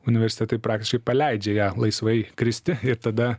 universitetai praktiškai paleidžia ją laisvai kristi ir tada